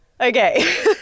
Okay